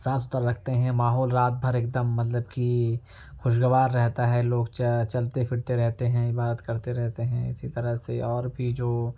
صاف ستر رکھتے ہیں ماحول رات بھر ایک دم مطلب کہ خوشگوار رہتا ہے لوگ چے چلتے پھرتے رہتے ہیں عبادت کرتے رہتے ہیں اسی طرح سے اور بھی جو